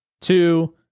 two